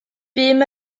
bûm